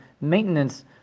maintenance